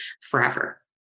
forever